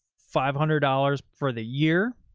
five hundred dollars for the year.